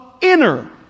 inner